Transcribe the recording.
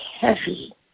heavy